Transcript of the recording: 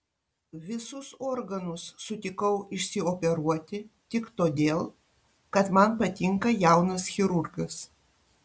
visus organus sutikau išsioperuoti tik todėl kad man patinka jaunas chirurgas